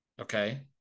okay